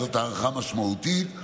וזאת הארכה משמעותית,